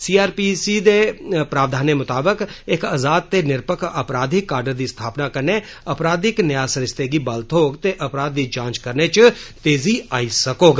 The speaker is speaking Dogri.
सीआरपीसी दे प्रावधानें मुताबक इक आाज़ाद ते निरपक्ख आपराधिक काडर दी स्थापना कन्नै आपराधिक न्याय सरिस्ते गी बल थ्होग ते अपराध दी जांच करने इच तेजी आई सकोग